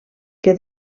que